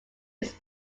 it’s